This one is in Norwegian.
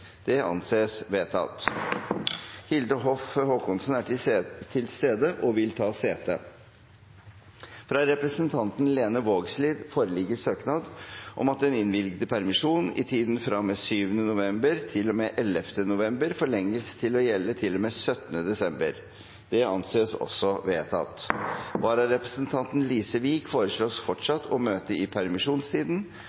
stede og vil ta sete. Fra representanten Lene Vågslid foreligger søknad om at den innvilgede permisjon i tiden fra og med 7. november til og med 11. desember forlenges til å gjelde til og med 17. desember. Etter forslag fra presidenten ble enstemmig besluttet: Søknaden behandles straks og innvilges. Vararepresentanten Lise Wiik